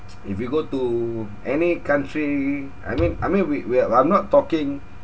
if you go to any country I mean I mean we we're I'm not talking